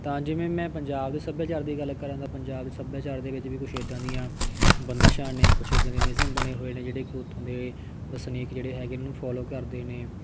ਤਾਂ ਜਿਵੇਂ ਮੈਂ ਪੰਜਾਬ ਦੇ ਸੱਭਿਆਚਾਰ ਦੀ ਗੱਲ ਕਰਾਂ ਤਾਂ ਪੰਜਾਬ ਦੇ ਸੱਭਿਆਚਾਰ ਦੇ ਵਿੱਚ ਵੀ ਕੁਛ ਇੱਦਾਂ ਦੀਆਂ ਬੰਦਿਸ਼ਾਂ ਨੇ ਕੁਛ ਇੱਦਾਂ ਦੇ ਨਿਯਮ ਬਣੇ ਹੋਏ ਨੇ ਜਿਹੜੇ ਕਿ ਉੱਥੋਂ ਦੇ ਵਸਨੀਕ ਜਿਹੜੇ ਹੈਗੇ ਨੇ ਉਹਨੂੰ ਫੋਲੋ ਕਰਦੇ ਨੇ